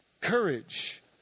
courage